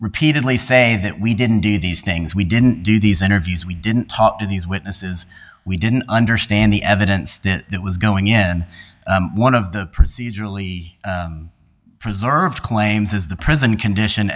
repeatedly say that we didn't do these things we didn't do these interviews we didn't talk to these witnesses we didn't understand the evidence that was going in one of the procedurally preserved claims is the prison condition